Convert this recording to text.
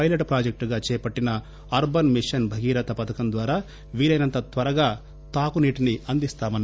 pilot ప్రాజెక్టుగా చేపట్టిన urban mission Bhagiratha పథకం ద్వారా వీలైనంత త్వరగా తాగు నీటిని అందిస్తామన్నారు